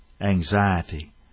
Anxiety